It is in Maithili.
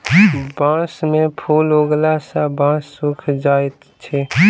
बांस में फूल उगला सॅ बांस सूखा जाइत अछि